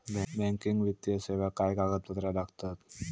Banking वित्तीय सेवाक काय कागदपत्र लागतत?